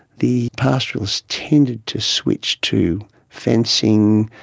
the pastoralists tended to switch to fencing,